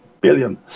billion